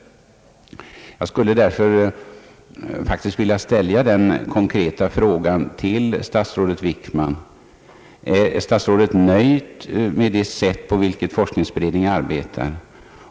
Jag skulle därför vilja ställa en konkret fråga till statsrådet Wickman: är statsrådet nöjd med det sätt på vilket forskningsberedningen arbetar?